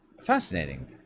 Fascinating